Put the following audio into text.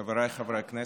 חבריי חברי הכנסת,